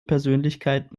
persönlichkeit